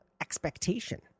expectation